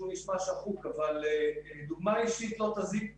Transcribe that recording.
שאולי נשמע שחוק: דוגמה אישית לא תזיק פה.